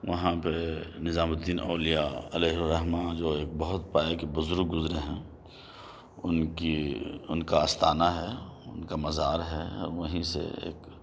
وہاں پہ نظام الدّین اولیاء علیہ الرحمہ جو ایک بہت پایہ کے بزرگ گزرے ہیں اُن کی اُن کا آستانہ ہے اُن کا مزار ہے وہیں سے ایک